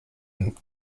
and